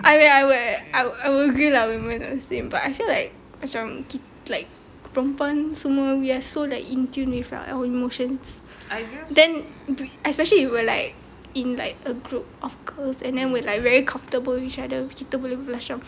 I wi~ I wi~ I I will agree lah women are the same but I feel like macam like perempuan semua we are so like in tune with our own emotions then especially we will like in like a group of girls and then we're like very comfortable with each other which kita boleh blush out